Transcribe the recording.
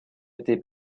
été